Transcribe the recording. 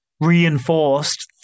reinforced